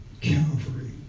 Calvary